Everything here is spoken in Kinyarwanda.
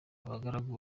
abagaragu